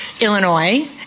Illinois